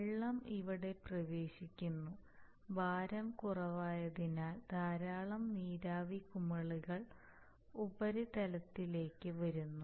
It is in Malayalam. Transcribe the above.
വെള്ളം ഇവിടെ പ്രവേശിക്കുന്നു ഭാരം കുറവായതിനാൽ ധാരാളം നീരാവി കുമിളകൾ ഉപരിതലത്തിലേക്ക് വരുന്നു